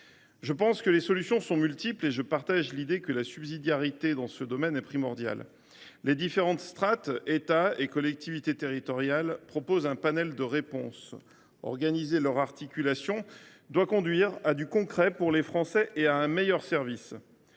français. Les solutions sont multiples. Je partage l’idée que la subsidiarité dans ce domaine est primordiale. Les différentes strates, État et collectivités territoriales, proposent un panel de réponses. Organiser leur articulation doit conduire à des changements concrets et à une amélioration